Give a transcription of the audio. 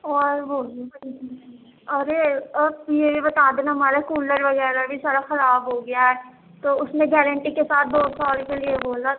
اور وہ ارے اور یہ بھی بتا دینا ہمارے کولر وغیرہ بھی سارا خراب ہو گیا ہے تو اُس میں گارنٹی کے ساتھ دو سال کے لیے بولا